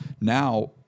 now